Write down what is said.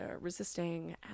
resisting